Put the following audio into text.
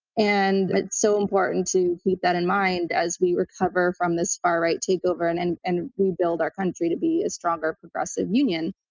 and it's so important to keep that in mind as we recover from this far right takeover and and and rebuild our country to be a stronger progressive union.